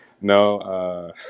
no